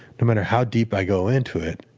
no matter how deep i go into it,